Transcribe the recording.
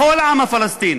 בכל העם הפלסטיני,